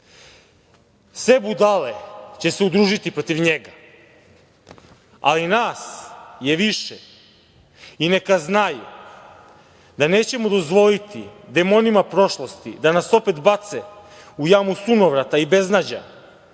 sve budale će se udružiti protiv njega, ali nas je više. I neka znaju da nećemo dozvoliti demonima prošlosti da nas opet bace u jamu sunovrata i beznađa